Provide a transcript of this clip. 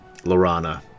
Lorana